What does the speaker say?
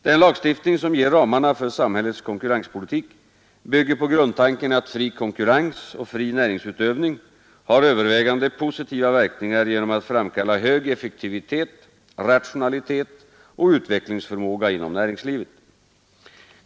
Den lagstiftning som ger ramarna för samhällets konkurrenspolitik bygger på grundtanken att fri konkurrens och fri näringsutövning har övervägande positiva verkningar genom att framkalla hög effektivitet, rationalitet och utvecklingsförmåga inom näringslivet.